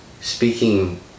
speaking